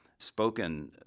spoken